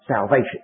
salvation